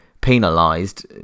penalised